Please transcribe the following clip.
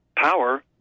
power